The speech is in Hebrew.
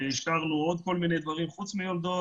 אישרנו עוד כל מיני דברים חוץ מיולדות.